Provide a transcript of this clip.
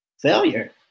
failure